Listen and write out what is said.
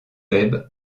web